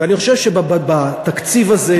ואני חושב שבתקציב הזה,